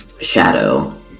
shadow